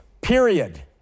period